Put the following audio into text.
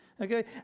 Okay